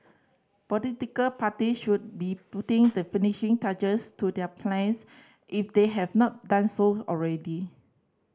political party should be putting the finishing touches to their plans if they have not done so already